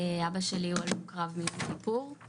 אבא שלי הוא הלום קרב מיום כיפור,